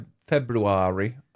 february